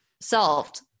solved